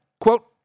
Quote